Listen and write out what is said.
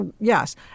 Yes